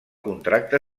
contracte